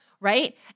right